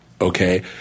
Okay